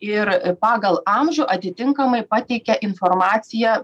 ir pagal amžių atitinkamai pateikia informaciją